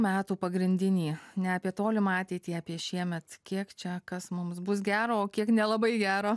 metų pagrindinį ne apie tolimą ateitį apie šiemet kiek čia kas mums bus gera o kiek nelabai gero